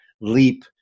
leap